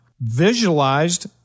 visualized